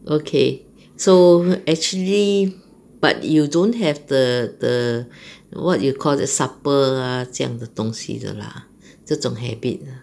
okay so actually but you don't have the the what you call the supper ah 这样的东西的 lah 这种 habit